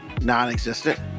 non-existent